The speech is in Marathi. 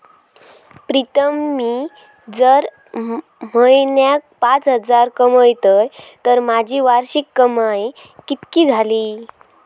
प्रीतम मी जर म्हयन्याक पाच हजार कमयतय तर माझी वार्षिक कमाय कितकी जाली?